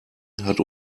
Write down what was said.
hat